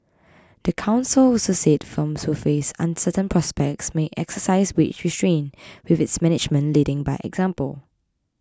the council also said firms who face uncertain prospects may exercise wage restraint with its management leading by example